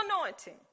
anointing